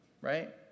Right